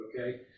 okay